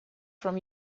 from